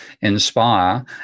inspire